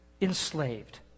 enslaved